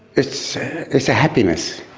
it's it's a happiness.